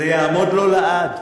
זה יעמוד לו לעד.